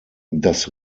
das